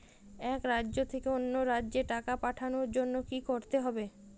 এক রাজ্য থেকে অন্য রাজ্যে টাকা পাঠানোর জন্য কী করতে হবে?